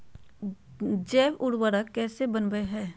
जैव उर्वरक कैसे वनवय हैय?